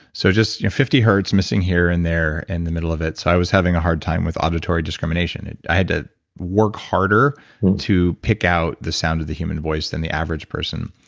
so just fifty hertz missing here and there, in and the middle of it. so i was having a hard time with auditory discrimination. i had to work harder and to pick out the sound of the human voice than the average person.